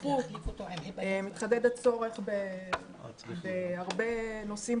הריחוק מתחדד הצורך בהרבה נושאים